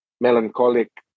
melancholic